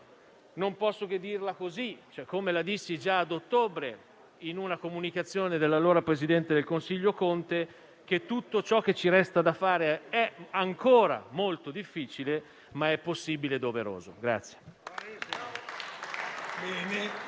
non posso che dire, come feci già ad ottobre scorso, nel corso di comunicazioni dell'allora presidente del Consiglio Conte, che tutto ciò che ci resta da fare è ancora molto difficile, ma è possibile e doveroso.